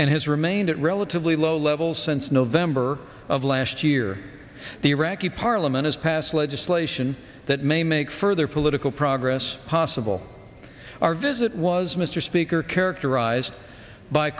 and has remained at relatively low levels since november of last year the iraqi parliament has passed legislation that may make further political progress possible our visit was mr speaker characterized by